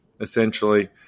essentially